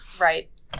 right